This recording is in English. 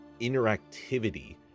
interactivity